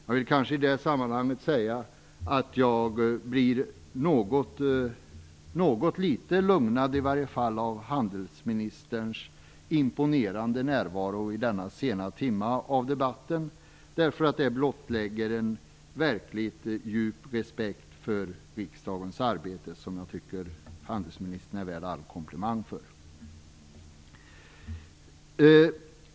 Jag vill i det sammanhanget säga att jag blir något litet lugnad av handelsministerns imponerande närvaro i denna sena timma av debatten, därför att den blottlägger en verkligt djup respekt för riksdagens arbete som jag tycker att handelsministern är värd alla komplimanger för.